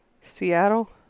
Seattle